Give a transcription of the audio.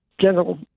general